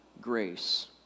grace